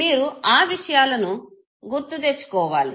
మీరు ఆ విషయాలని గుర్తుతెచ్చుకోవాలి